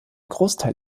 großteil